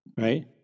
right